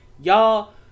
Y'all